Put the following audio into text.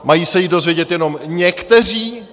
Mají se ji dozvědět jenom někteří?